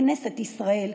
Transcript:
בכנסת ישראל,